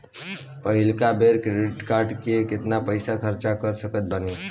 पहिलका बेर credit card से केतना पईसा खर्चा कर सकत बानी?